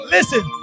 Listen